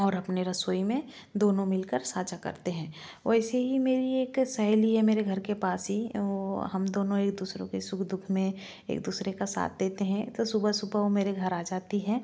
और अपने रसोई में दोनों मिलकर साझा करते हैं वैसे ही मेरी एक सहेली है मेरे घर के पास ही वो हम दोनों एक दूसरों के सुख दुख में एक दूसरे का साथ देते हैं तो सुबह सुबह वो मेरे घर आ जाती है